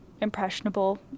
impressionable